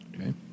Okay